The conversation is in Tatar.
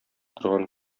торган